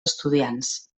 estudiants